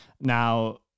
Now